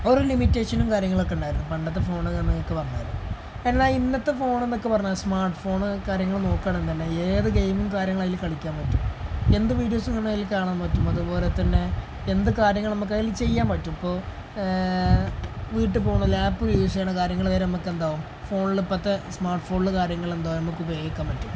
ഓരോ ലിമിറ്റേഷനും കാര്യങ്ങളുമൊക്കെ ഉണ്ടായിരുന്നു പണ്ടത്തെ ഫോണെന്നൊക്കെ പറഞ്ഞാല് എന്നാല് ഇന്നത്തെ ഫോണെന്നൊക്കെ പറഞ്ഞാല് സ്മാർട്ട് ഫോണും കാര്യങ്ങളും നോക്കുകയാണെന്നുണ്ടെങ്കില് ഏത് ഗെയിമും കാര്യങ്ങളും അതില് കളിക്കാൻ പറ്റും എന്ത് വീഡിയോസും അതില് കാണാൻ പറ്റും അതുപോലെ തന്നെ എന്ത് കാര്യങ്ങളും നമുക്കതില് ചെയ്യാൻ പറ്റും ഇപ്പോള് വീട്ടില് പോകണം ലാപ്പില് യൂസ് ചെയ്യുന്ന കാര്യങ്ങള് വരെ നമുക്കെന്താകും ഫോണില് ഇപ്പോഴത്തെ സ്മാർട്ട് ഫോണില് കാര്യങ്ങളെന്താണ് നമുക്ക് ഉപയോഗിക്കാൻ പറ്റും